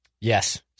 Yes